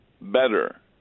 better